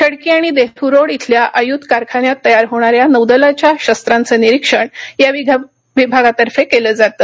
खडकी आणि देहरोड येथील आयुध कारखान्यात तयार होणार्या नौदलच्या शस्त्रांचं निरीक्षण या विभागातर्फे केल जातं